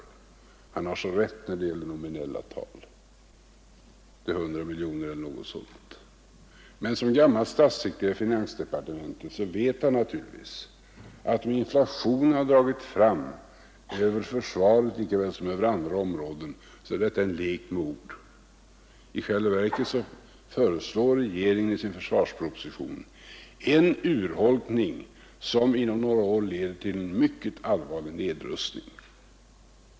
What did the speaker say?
Utrikesministern har så rätt när det gäller nominella tal — ökningen är 100 miljoner eller något sådant — men som gammal statssekreterare i finansdepartementet vet han naturligtvis att om inflationen har dragit fram över försvaret likaväl som över andra områden, så är detta en lek med ord. I själva verket föreslår regeringen i sin försvarsproposition en urholkning som inom några år leder till en mycket allvarlig nedrustning.